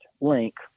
link